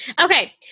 okay